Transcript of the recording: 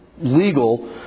legal